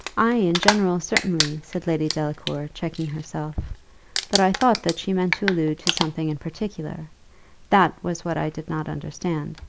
ay, in general, certainly, said lady delacour, checking herself but i thought that she meant to allude to something in particular that was what i did not understand.